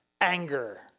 anger